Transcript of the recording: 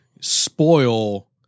spoil